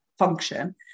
function